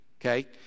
Okay